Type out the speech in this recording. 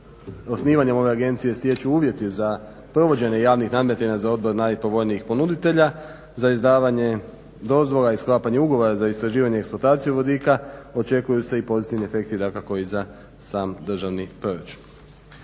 osnivanjem ove agencije stječu uvjeti za provođenje javnih … /Govornik se ne razumije./… najpovoljnijih ponuditelja za izdavanje dozvola i sklapanje ugovora za istraživanje i eksploataciju vodika očekuju se i pozitivni efekti dakako i za sam državni proračun.